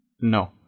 No